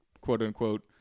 quote-unquote